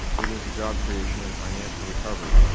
leading to job creation and financial recovery.